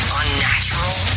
unnatural